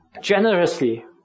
generously